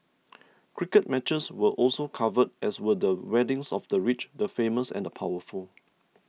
cricket matches were also covered as were the weddings of the rich the famous and the powerful